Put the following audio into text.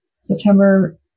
September